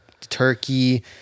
turkey